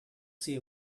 see